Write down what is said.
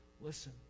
listen